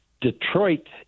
Detroit